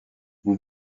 vous